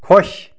خۄش